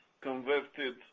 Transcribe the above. converted